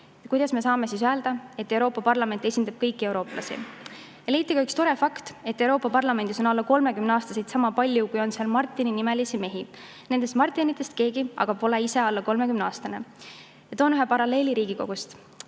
Kuidas me saame öelda, et Euroopa Parlament esindab kõiki eurooplasi? Leiti ka üks tore fakt: Euroopa Parlamendis on alla 30-aastaseid sama palju, kui seal on Martini-nimelisi mehi, aga ükski nendest Martinitest pole alla 30-aastane. Toon ühe paralleeli Riigikogust.